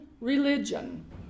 religion